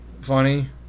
funny